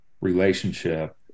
relationship